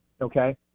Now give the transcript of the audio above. okay